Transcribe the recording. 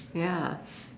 ya